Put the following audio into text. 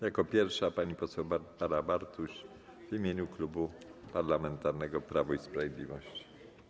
Jako pierwsza pani poseł Barbara Bartuś w imieniu Klubu Parlamentarnego Prawo i Sprawiedliwość.